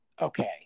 okay